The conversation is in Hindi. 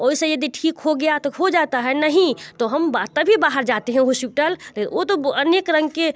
और उससे यदि ठीक हो गया तो हो जाता है नहीं तो हम बात तभी बाहर जाते हैं हॉस्पिटल नहीं वो तो अनेक रंग के